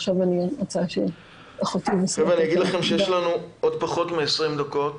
יש לנו פחות מ-20 דקות.